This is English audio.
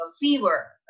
fever